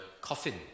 coffin